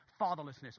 fatherlessness